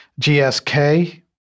GSK